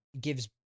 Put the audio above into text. gives